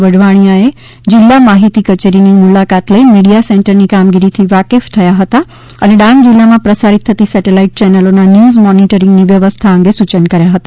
વઢવાણિયાએ જિલ્લા માહિતી કચેરીની મુલાકાત લઈ મીડિયા સેન્ટરની કામગીરી થી વાકેફ થયા હતા અને ડાંગ જિલ્લામા પ્રસારિત થતી સેટેલાઈટ ચેનલોના ન્યુઝ મોનીટરીંગની વ્યવસ્થા અંગે સૂચનો કર્યા હતા